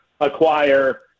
acquire